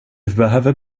behöver